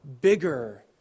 bigger